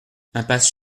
impasse